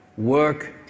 Work